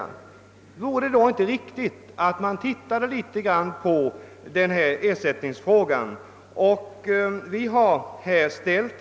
Vore det inte mot denna bakgrund motiverat att ta upp ersättningsfrågan till övervägande?